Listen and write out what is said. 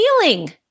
feeling